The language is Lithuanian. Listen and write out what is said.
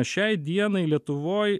šiai dienai lietuvoj